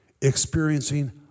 experiencing